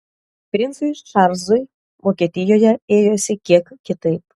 princui čarlzui vokietijoje ėjosi kiek kitaip